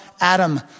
Adam